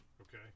Okay